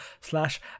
slash